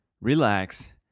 relax